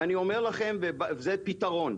ואני אומר לכם זה פתרון,